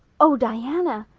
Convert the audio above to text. oh, diana,